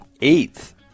eighth